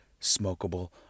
smokable